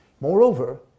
Moreover